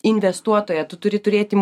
investuotoją tu turi turėti